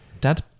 Dad